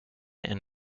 and